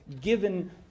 given